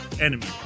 enemy